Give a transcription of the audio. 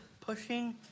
pushing